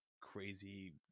crazy